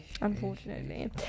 unfortunately